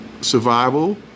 Survival